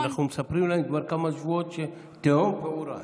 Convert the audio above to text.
אנחנו מספרים להם כבר כמה שבועות שתהום פעורה.